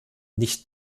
nicht